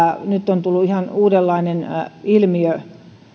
nyt on tullut ihan uudenlainen ilmiö